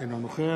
אינו נוכח